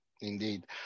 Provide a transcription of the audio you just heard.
Indeed